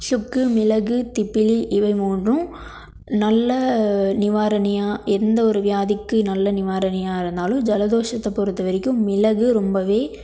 சுக்கு மிளகு திப்பிலி இவை மூன்றும் நல்ல நிவாரணியாக எந்த ஒரு வியாதிக்கு நல்ல நிவாரணியாக இருந்தாலும் ஜலதோஷத்தை பொறுத்தை வரைக்கும் மிளகு ரொம்பவே